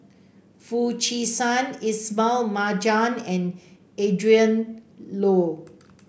Foo Chee San Ismail Marjan and Adrin Loi